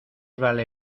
vale